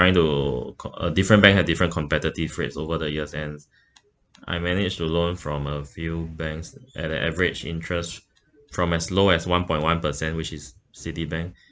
trying to c~ uh different bank have different competitive rates over the years hence I managed to loan from a few banks at an average interest from as low as one point one per cent which is citibank